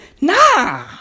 Nah